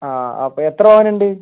അ അപ്പോൾ എത്ര പവൻ ഉണ്ട്